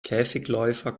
käfigläufer